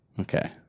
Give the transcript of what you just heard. Okay